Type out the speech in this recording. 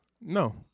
No